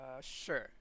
Sure